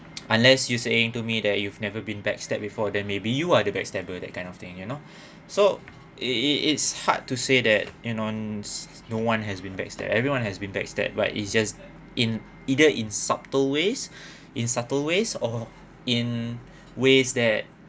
unless you saying to me that you've never been backstab before then maybe you are the backstabber that kind of thing you know so it it it it's hard to say that you know no one has been backstab everyone has been backstab but it's just in either in subtle ways in subtle ways or in ways that